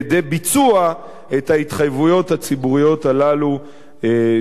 את ההתחייבויות הציבוריות הללו שהוא נתן.